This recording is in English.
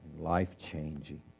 life-changing